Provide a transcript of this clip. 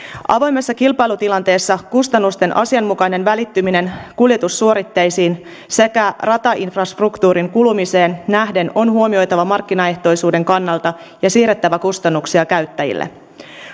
avoimessa kilpailutilanteessa kustannusten asianmukainen välittyminen kuljetussuoritteisiin sekä ratainfrastruktuurin kulumiseen nähden on huomioitava markkinaehtoisuuden kannalta ja siirrettävä kustannuksia käyttäjille